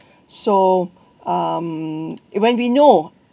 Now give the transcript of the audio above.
so um when we know